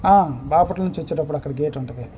బాపట్ల నుంచి వచ్చేటప్పుడు అక్కడ గేటు ఉంటుంది